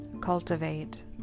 cultivate